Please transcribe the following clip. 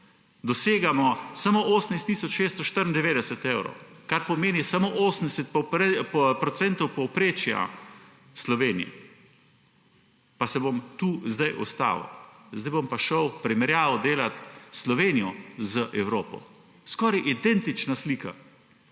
dosegamo samo 18 tisoč 694 evrov, kar pomeni samo 80 % povprečja v Sloveniji. Pa se bom tu zdaj ustavil. Zdaj bom pa šel delat primerjavo Slovenije z Evropo. Skoraj identična slika.